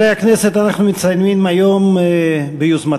נעבור להצעות לסדר-היום בנושא: